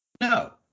no